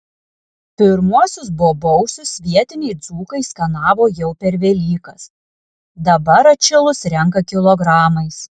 pirmuosius bobausius vietiniai dzūkai skanavo jau per velykas dabar atšilus renka kilogramais